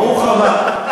ברוך הבא.